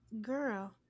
Girl